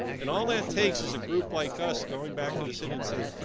and all that takes is a group like us going back to the city and say,